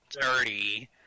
dirty